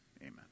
Amen